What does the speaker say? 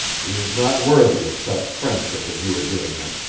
he is not worthy of such friendship as you are giving him.